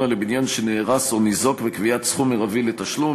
לבניין שנהרס או ניזוק וקביעת סכום מרבי לתשלום),